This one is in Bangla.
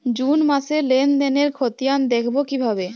জুন মাসের লেনদেনের খতিয়ান দেখবো কিভাবে?